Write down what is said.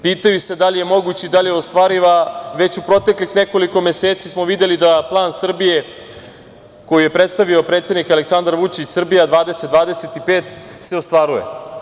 Pitaju se da li je moguć i da li je ostvariv, a već u proteklih nekoliko meseci smo videli da plan Srbije koji je predstavio predsednik Aleksandar Vučić „Srbija 2025“ se ostvaruje.